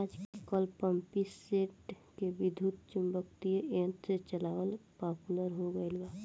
आजकल पम्पींगसेट के विद्युत्चुम्बकत्व यंत्र से चलावल पॉपुलर हो गईल बा